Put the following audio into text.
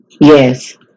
yes